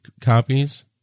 copies